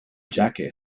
jacket